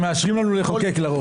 הם מאשרים לנו לרוב לחוקק.